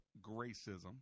Gracism